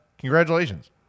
Congratulations